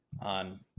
on